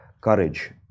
courage